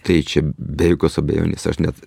tai čia be jokios abejonės aš net